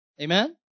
Amen